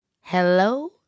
Hello